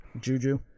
Juju